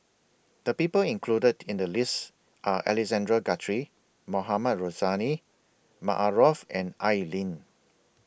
The People included in The list Are Alexander Guthrie Mohamed Rozani Maarof and Al Lim